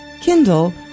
Kindle